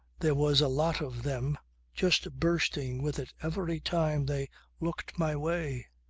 there was a lot of them just bursting with it every time they looked my way.